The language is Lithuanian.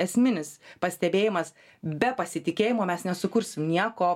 esminis pastebėjimas be pasitikėjimo mes nesukursim nieko